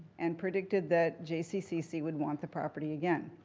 and predicted that jccc would want the property again.